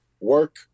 work